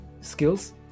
skills